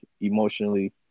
emotionally